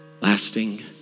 lasting